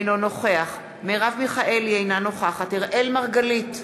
אינו נוכח מרב מיכאלי, אינה נוכחת אראל מרגלית,